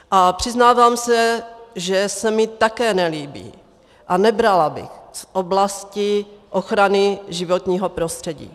A přiznávám se, že se mi také nelíbí a nebrala bych z oblasti ochrany životního prostředí.